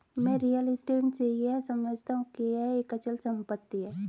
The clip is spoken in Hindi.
मैं रियल स्टेट से यह समझता हूं कि यह एक अचल संपत्ति है